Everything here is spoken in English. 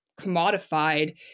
commodified